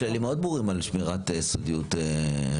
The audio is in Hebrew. יש כללים מאוד ברורים על שמירת סודיות רפואית.